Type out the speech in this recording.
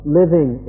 living